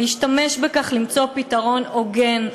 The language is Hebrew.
להשתמש בכך למצוא פתרון הוגן,